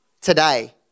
today